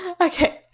okay